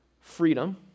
freedom